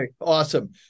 awesome